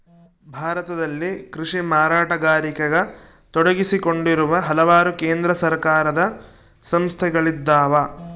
ಭಾರತದಲ್ಲಿ ಕೃಷಿ ಮಾರಾಟಗಾರಿಕೆಗ ತೊಡಗಿಸಿಕೊಂಡಿರುವ ಹಲವಾರು ಕೇಂದ್ರ ಸರ್ಕಾರದ ಸಂಸ್ಥೆಗಳಿದ್ದಾವ